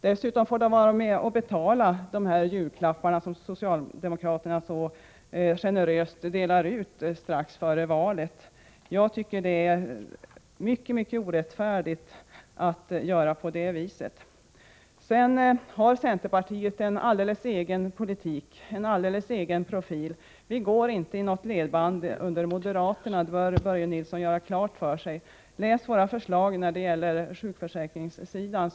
Dessutom får alla vara med och betala dessa julklappar som socialdemokraterna så generöst delar ut strax före valet. Jag tycker att det är mycket orättfärdigt att göra på det viset. Centerpartiet har en alldeles egen politik och egen profil. Vi går inte i moderaternas ledband. Det bör Börje Nilsson göra klart för sig. Läs vårt förslag när det gäller sjukförsäkringen.